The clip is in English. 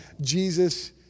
Jesus